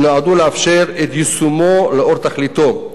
שנועדו לאפשר את יישומו לאור תכליתו,